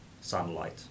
sunlight